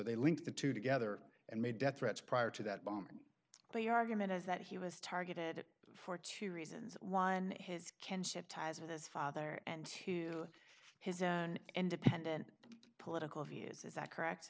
they linked the two together and made death threats prior to that bombing the argument is that he was targeted for two reasons one his kinship ties with his father and to his own independent political views is that correct